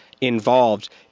involved